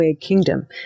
Kingdom